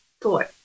Thought